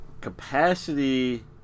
Capacity